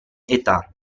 età